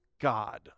God